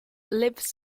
lives